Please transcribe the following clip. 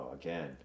again